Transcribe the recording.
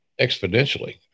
exponentially